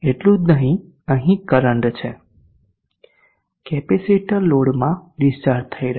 એટલું જ નહીં અહીં કરંટ છે કેપેસિટર લોડમાં ડીસ્ચાર્જ થઇ રહ્યું છે